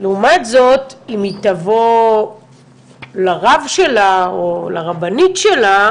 לעומת זאת, אם היא תבוא לרב שלה, או לרבנית שלה